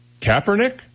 Kaepernick